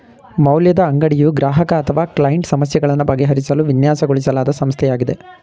ಮೌಲ್ಯದ ಅಂಗಡಿಯು ಗ್ರಾಹಕ ಅಥವಾ ಕ್ಲೈಂಟ್ ಸಮಸ್ಯೆಗಳನ್ನು ಬಗೆಹರಿಸಲು ವಿನ್ಯಾಸಗೊಳಿಸಲಾದ ಸಂಸ್ಥೆಯಾಗಿದೆ